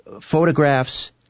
photographs